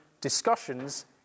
discussions